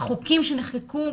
החוקים שנחקקו,